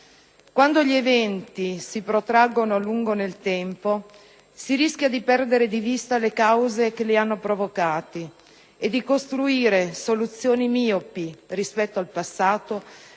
Quando gli eventi si protraggono a lungo nel tempo si rischia di perdere di vista le cause che li hanno provocati e di costruire soluzioni miopi rispetto al passato,